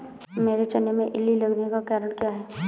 मेरे चने में इल्ली लगने का कारण क्या है?